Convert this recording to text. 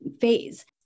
phase